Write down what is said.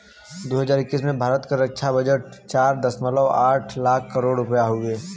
दू हज़ार इक्कीस में भारत के रक्छा बजट चार दशमलव आठ लाख करोड़ रुपिया हउवे